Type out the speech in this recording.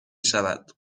شود